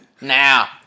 Now